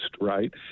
right